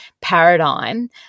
paradigm